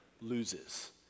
loses